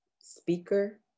speaker